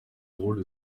drôle